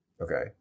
Okay